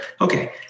okay